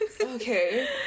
Okay